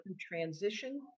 transition